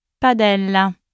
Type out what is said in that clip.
Padella